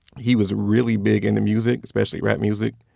he was really big into music, especially rap music,